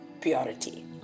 purity